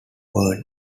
ward